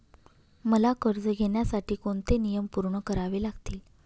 मला कर्ज घेण्यासाठी कोणते नियम पूर्ण करावे लागतील?